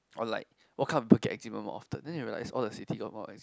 or like what kind of more often then you realise all the cities got more eczema